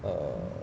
err